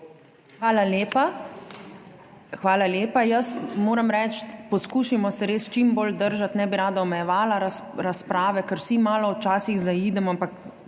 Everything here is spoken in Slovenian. ZUPANČIČ:** Hvala lepa. Moram reči, poskušajmo se res čim bolj držati. Ne bi rada omejevala razprave, ker vsi malo včasih zaidemo, ampak